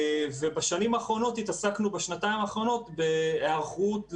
בשנתיים האחרונות התעסקנו בהיערכות לשיטפונות.